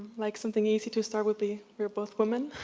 like something easy to start would be we're both women.